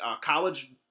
college